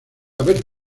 haber